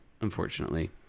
unfortunately